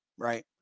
right